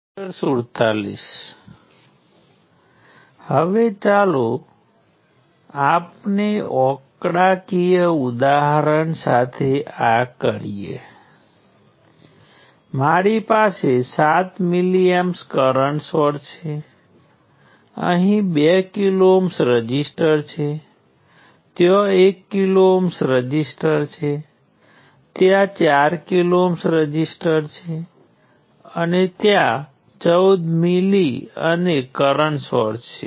અત્યાર સુધી આપણે કરંટ સ્ત્રોત માટે બંને પ્રકારના સ્વતંત્ર સ્ત્રોતો સાથે નોડલ વિશ્લેષણનો અભ્યાસ કર્યો છે તે સચોટ છે વોલ્ટેજ સ્ત્રોતો માટે આપણે સુપર નોડને વ્યાખ્યાયિત કરવો પડે અને વિશ્લેષણ સાથે આગળ વધવું પડશે